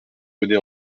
bonnet